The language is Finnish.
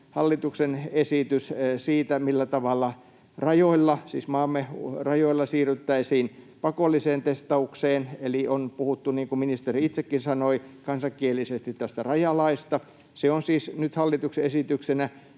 hallituksen esitys siitä, millä tavalla maamme rajoilla siirryttäisiin pakolliseen testaukseen. Eli on puhuttu, niin kuin ministeri itsekin sanoi kansankielisesti, rajalaista. Se on siis nyt hallituksen esityksenä.